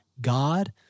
God